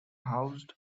housed